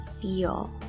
feel